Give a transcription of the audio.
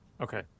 okay